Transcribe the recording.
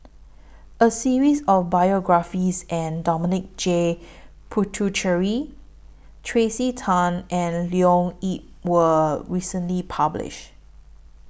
A series of biographies and Dominic J Puthucheary Tracey Tan and Leo Yip was recently published